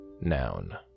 noun